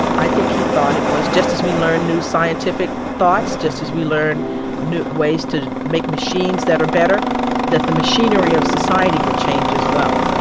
i think he thought it was just as we learn new scientific thoughts, just as we learn ways to make machines that are better that the machinery of society would change, as well